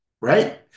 right